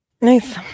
nice